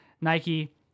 Nike